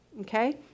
Okay